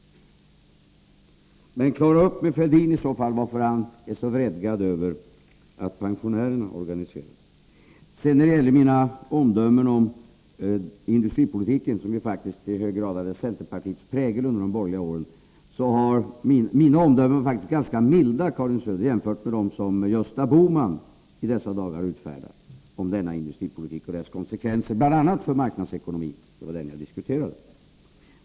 Men klara i så fall upp med Thorbjörn Fälldin varför han vredgas över att pensionärerna organiseras. Sedan till mina omdömen om industripolitiken, som ju under de borgerliga regeringsåren i hög grad präglades av centerpartiet. Mina omdömen var, Karin Söder, faktiskt ganska milda jämförda med dem som Gösta Bohman i dessa dagar avger om denna industripolitik och dess konsekvenser, bl.a. med tanke på marknadsekonomin. Och det var ju den som jag diskuterade.